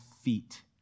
feet